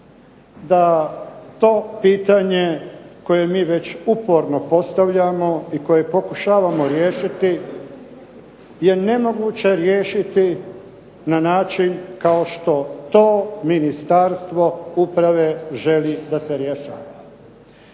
da to pitanje koje mi već uporno postavljamo i koje pokušavamo riješiti je nemoguće riješiti na način kao što to Ministarstvo uprave želi da se rješava.